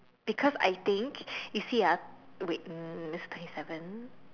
because I think you see ah wait mm this twenty seven